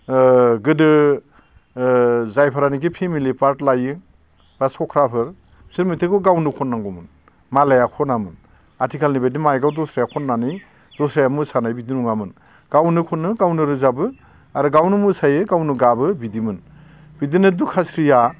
ओ गोदो ओ जायफोरानाखि फेमिलि पार्ट लायो बा सख्राफोर बिसोर मेथाइखौ गावनो खननांगौमोन मालाया खनामोन आथिखालनि बादि माइकआव दस्राया खननानै दस्राया मोसानाय बिदि नङामोन गावनो खनो गावनो रोजाबो आरो गावनो मोसायो गावनो गाबो बिदिमोन बिदिनो दुखास्रिया